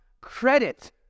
credit